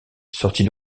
sortie